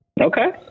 Okay